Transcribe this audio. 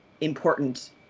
important